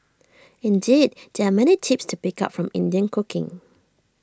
indeed there are many tips to pick up from Indian cooking